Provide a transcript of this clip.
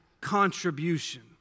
contribution